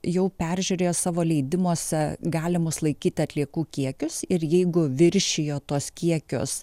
jau peržiūrėjo savo leidimuose galimus laikyti atliekų kiekius ir jeigu viršijo tuos kiekius